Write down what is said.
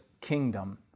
kingdom